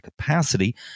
capacity